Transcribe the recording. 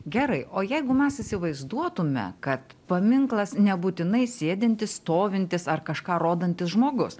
gerai o jeigu mes įsivaizduotume kad paminklas nebūtinai sėdintis stovintis ar kažką rodantis žmogus